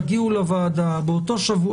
תגיעו לוועדה באותו שבוע,